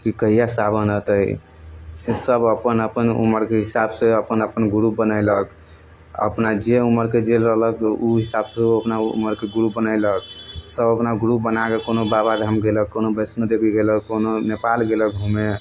कि कहिया सावन अयतै से सभ अपन अपन उमरके हिसाबसँ अपन अपन ग्रुप बनेलक अपना जे उमरके जे रहलक ओ हिसाबसँ ओ अपना ओ उमरके ग्रुप बनेलक सभ अपना ग्रुप बना कऽ कोनो बाबाधाम गेलक कोनो वैष्णोदेवी गेलक कोनो नेपाल गेलक घूमय